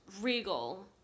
Regal